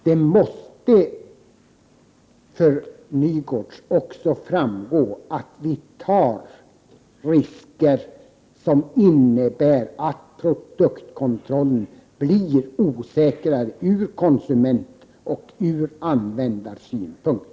Det måste vara klart också för Nygårds att vi härmed tar risker som innebär att produktkontrollen blir osäkrare ur konsumentoch användarsynpunkt.